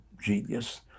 genius